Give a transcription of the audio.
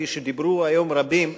כפי שדיברו היום רבים,